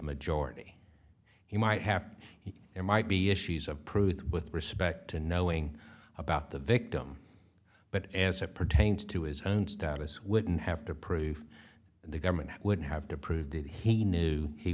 majority he might have he might be if she's approved with respect to knowing about the victim but as it pertains to his own status wouldn't have to prove the government would have to prove that he knew he